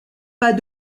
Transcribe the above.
pas